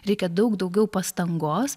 reikia daug daugiau pastangos